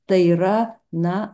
tai yra na